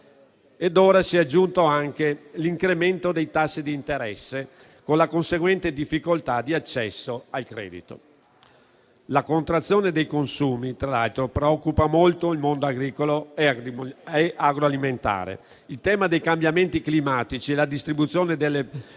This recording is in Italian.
Ora si è aggiunto anche l'incremento dei tassi di interesse, con la conseguente difficoltà di accesso al credito. La contrazione dei consumi tra l'altro preoccupa molto il mondo agricolo ed agroalimentare. Il tema dei cambiamenti climatici e la distribuzione delle